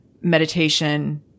meditation